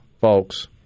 folks